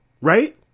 right